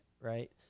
right